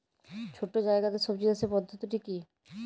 ছোট্ট জায়গাতে সবজি চাষের পদ্ধতিটি কী?